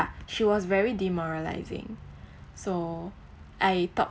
she was very demoralising so I talked